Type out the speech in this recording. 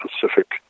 Pacific